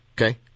Okay